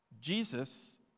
Jesus